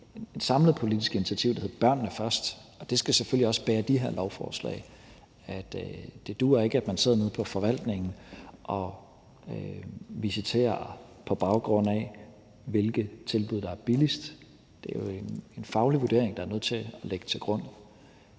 et samlet politisk initiativ, der hedder »Børnene Først«, og det skal selvfølgelig også bære de her lovforslag. Det duer ikke, at man sidder nede på forvaltningen og visiterer, på baggrund af hvilket tilbud der er billigst. Der er jo nødt til at ligge en faglig vurdering til grund.